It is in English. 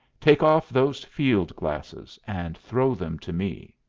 take off those field-glasses and throw them to me.